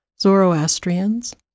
Zoroastrians